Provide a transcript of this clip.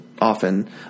often